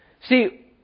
See